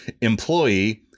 employee